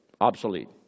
Obsolete